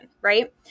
right